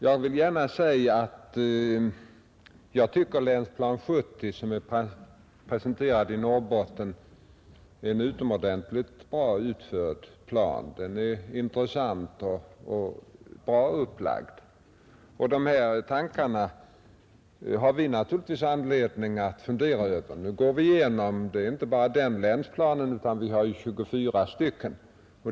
Jag tycker att Länsprogram 1970 för Norrbotten är en utomordentligt väl utförd plan, Den är intressant och bra upplagd. De tankar som framförs har vi naturligtvis anledning att fundera över. Nu går vi igenom materialet, och det är inte bara den nyssnämnda länsplanen utan det är 24 stycken.